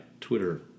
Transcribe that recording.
Twitter